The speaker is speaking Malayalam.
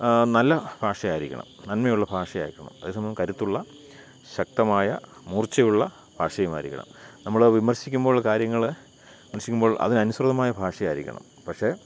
നല്ല ഭാഷയായിരിക്കണം നന്മയുള്ള ഭാഷയായിരിക്കണം അതേസമയം കരുത്തുള്ള ശക്തമായ മൂർച്ചയുള്ള ഭാഷയുമായിരിക്കണം നമ്മൾ വിമർശിക്കുമ്പോൾ കാര്യങ്ങളെ വിമർശിക്കുമ്പോൾ അതിനനുസൃതമായ ഭാഷയായിരിക്കണം പക്ഷേ